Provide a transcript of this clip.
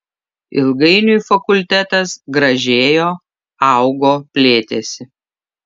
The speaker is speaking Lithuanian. ilgainiui fakultetas gražėjo augo plėtėsi